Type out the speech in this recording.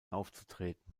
aufzutreten